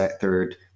third